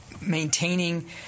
maintaining